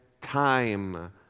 time